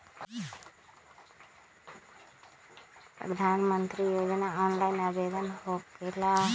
प्रधानमंत्री योजना ऑनलाइन आवेदन होकेला?